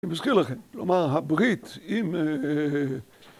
אני מזכיר לכם, כלומר הברית, אם...